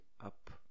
up